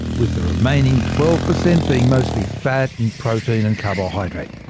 with the remaining twelve percent being mostly fat, and protein and carbohydrate.